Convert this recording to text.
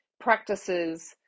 practices